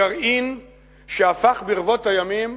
גרעין שהפך ברבות הימים